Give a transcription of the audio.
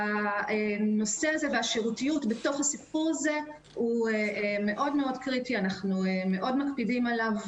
הנושא הזה והשירותיות הוא מאוד קריטי ואנחנו מאוד מקפידים עליו.